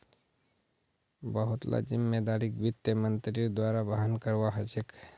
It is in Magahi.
बहुत ला जिम्मेदारिक वित्त मन्त्रीर द्वारा वहन करवा ह छेके